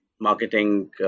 marketing